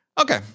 okay